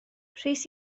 rhys